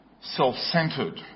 self-centered